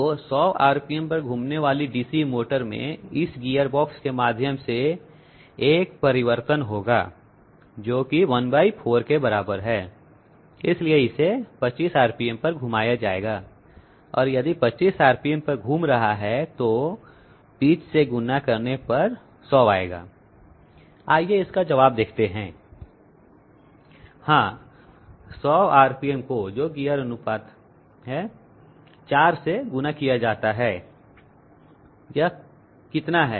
तो 100 RPM पर घूमने वाली डीसी मोटर में इस गियरबॉक्स के माध्यम से एक परिवर्तन होगा जो कि 14 के बराबर है इसलिए इसे 25 RPM पर घुमाया जाएगा और यदि 25 RPM पर घूम रहा है तो पीच से गुणा करने पर 100 आएगा आइए हम इसका जवाब देखते हैं हां 100 RPM को जो गियर अनुपात है 4 से गुणा किया जाता है तो यह कितना है